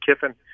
Kiffin